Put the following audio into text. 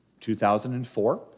2004